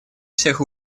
всех